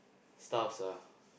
stuffs